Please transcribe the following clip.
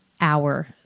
hour